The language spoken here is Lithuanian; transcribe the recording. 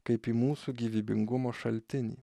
kaip į mūsų gyvybingumo šaltinį